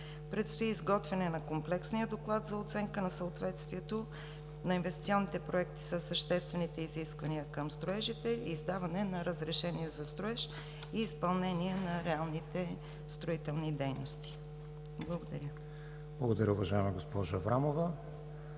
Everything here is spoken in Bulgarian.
Предстои изготвяне на комплексния доклад за оценка на съответствието на инвестиционните проекти със съществените изисквания към строежите, издаване на разрешение за строеж и изпълнение на реалните строителни дейности. Благодаря. ПРЕДСЕДАТЕЛ КРИСТИАН ВИГЕНИН: Благодаря, уважаема госпожо Аврамова.